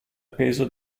peso